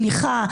סליחה,